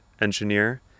engineer